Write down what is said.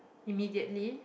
immediately